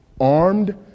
armed